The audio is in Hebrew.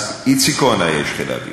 אז איציק כהן היה איש חיל האוויר.